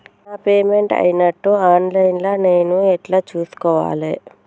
నా పేమెంట్ అయినట్టు online లా నేను ఎట్ల చూస్కోవాలే?